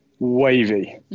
Wavy